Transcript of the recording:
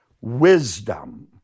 wisdom